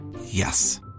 Yes